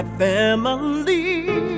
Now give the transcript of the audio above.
family